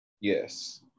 yes